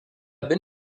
bin